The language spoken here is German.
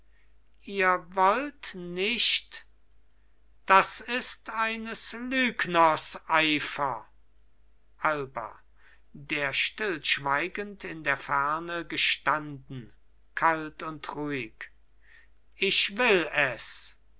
ihr wollt nicht das ist eines lügners eifer alba der stillschweigend in der ferne gestanden kalt und ruhig ich will es